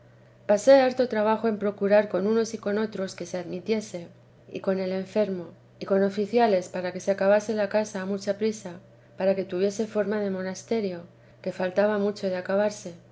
pasé harto trabajo en procurar con unos y con otros que se admitiese y con el enfermo y con oficiales para que se acabase la casa a mucha priesa para que tuviese forma de monasterio que faltaba mucho de acabarse y